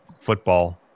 football